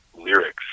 lyrics